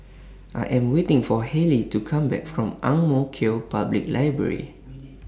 I Am waiting For Hailee to Come Back from Ang Mo Kio Public Library